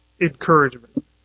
encouragement